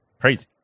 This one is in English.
Crazy